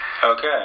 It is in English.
Okay